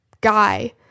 guy